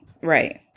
Right